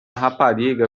rapariga